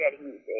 music